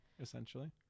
Essentially